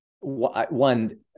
one –